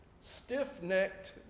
stiff-necked